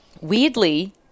Weirdly